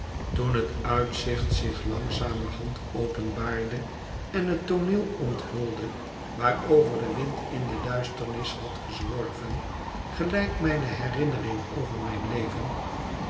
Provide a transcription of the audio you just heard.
toen het uitzicht zich langzamerhand openbaarde en het tooneel onthulde waarover de wind in de duisternis had gezworven gelijk mijne herinnering over mijn leven